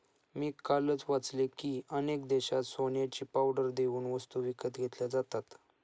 मी कालच वाचले की, अनेक देशांत सोन्याची पावडर देऊन वस्तू विकत घेतल्या जातात